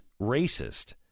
racist